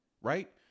right